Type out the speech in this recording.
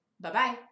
Bye-bye